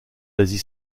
l’asie